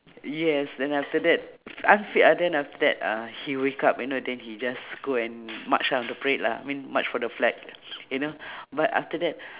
yes then after that f~ unfit ah then after that uh he wake up you know then he just go and march ah on the parade lah I mean march for the flag you know but after that